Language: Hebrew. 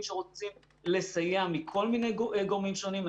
שרוצים לסייע מכל מיני גורמים שונים.